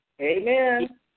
Amen